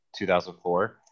2004